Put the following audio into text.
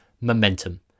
momentum